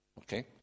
okay